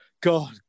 God